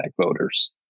voters